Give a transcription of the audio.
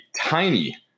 tiny